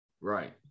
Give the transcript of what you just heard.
Right